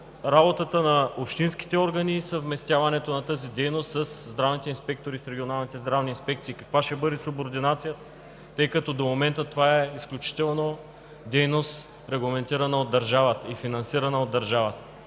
работата на общинските органи и съвместяването на тази дейност със здравните инспектори и с регионалните здравни инспекции, каква ще бъде субординацията, тъй като до момента това е изключително дейност, регламентирана и финансирана от държавата?